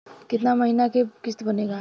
कितना महीना के किस्त बनेगा?